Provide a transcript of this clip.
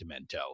Demento